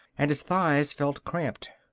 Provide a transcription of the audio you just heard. and his thighs felt cramped.